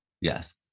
Yes